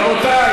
רבותי,